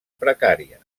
precària